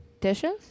Dishes